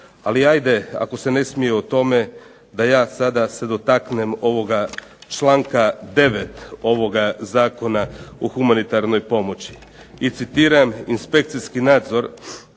Ali hajde, ako se ne smije o tome da ja sada se dotaknem ovoga članka 9. ovoga Zakona o humanitarnoj pomoći. I citiram, inspekcijski nadzor